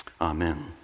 amen